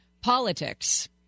politics